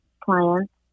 clients